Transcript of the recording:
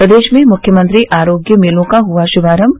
प्रदेश में मुख्यमंत्री आरोग्य मेलों का हआ श्भारम्भ